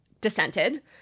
dissented